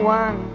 one